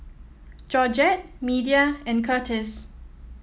Georgette Media and Curtis